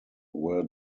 were